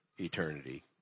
eternity